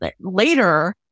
later